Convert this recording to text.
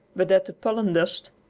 but that the pollen dust,